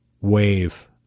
wave